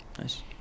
Nice